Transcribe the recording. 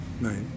Right